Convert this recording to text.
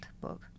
book